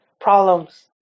problems